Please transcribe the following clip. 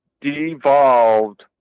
devolved